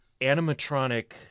animatronic